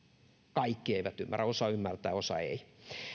kaikki eivät ymmärrä osa ymmärtää osa ei